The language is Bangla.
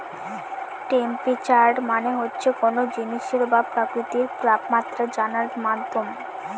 টেম্পেরেচার মানে হচ্ছে কোনো জিনিসের বা প্রকৃতির তাপমাত্রা জানার মাধ্যম